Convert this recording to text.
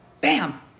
bam